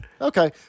Okay